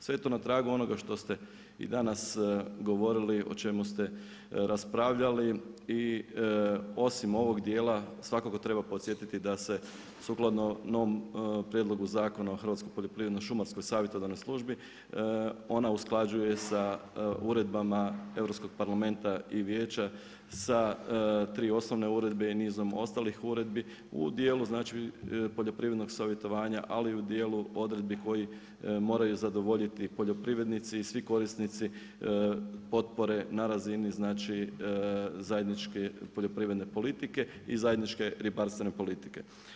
Sve je to na tragu onoga što ste i danas govorili, o čemu ste raspravljali i osim ovog dijela, svakako treba podsjetiti da se sukladno novom prijedlogu Zakona o Hrvatskoj poljoprivredno-šumarskoj savjetodavnoj službi ona usklađuje sa uredbama Europskog parlamenta i Vijeća sa 3 osnovne uredbe i nizom ostalih uredbi u dijelu poljoprivrednog savjetovanja, ali i u dijelu odredbi koji moraju zadovoljiti poljoprivrednici i svi korisnici potpore na razini zajedničke poljoprivredne politike i zajedničke ribarstvena politike.